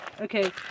okay